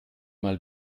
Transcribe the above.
mal